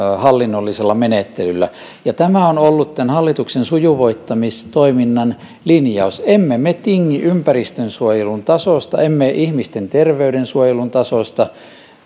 hallinnollisella menettelyllä tämä on ollut tämän hallituksen sujuvoittamistoiminnan linjaus emme me tingi ympäristönsuojelun tasosta emme ihmisten terveyden suojelun tasosta